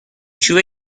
چوب